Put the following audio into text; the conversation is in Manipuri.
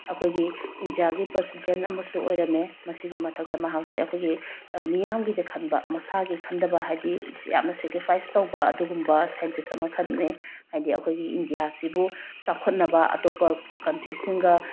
ꯑꯩꯈꯣꯏꯒꯤ ꯏꯟꯗꯤꯌꯥꯒꯤ ꯄ꯭ꯔꯁꯤꯗꯦꯟ ꯑꯃꯁꯨ ꯑꯣꯏꯔꯝꯃꯦ ꯃꯁꯤꯒꯤ ꯃꯊꯛꯇ ꯃꯍꯥꯛꯁꯦ ꯑꯩꯈꯣꯏꯒꯤ ꯃꯤꯌꯥꯝꯒꯤꯗ ꯈꯟꯕ ꯃꯁꯥꯒꯤ ꯈꯟꯗꯕ ꯍꯥꯏꯗꯤ ꯌꯥꯝꯅ ꯁꯦꯀ꯭ꯔꯤꯐꯥꯏꯁ ꯇꯧꯕ ꯑꯗꯨꯒꯨꯝꯕ ꯁꯥꯏꯟꯇꯤꯁ ꯑꯃꯈꯛꯅꯤ ꯍꯥꯏꯗꯤ ꯑꯩꯈꯣꯏꯒꯤ ꯏꯟꯗꯤꯌꯥꯁꯤꯕꯨ ꯆꯥꯎꯈꯠꯅꯕ ꯑꯇꯣꯞꯄ ꯀꯟꯇ꯭ꯔꯤꯁꯤꯡꯒ